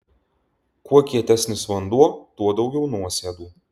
kuo kietesnis vanduo tuo daugiau nuosėdų